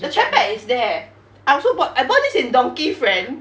the chair pad is there I also bought I bought this in donki friend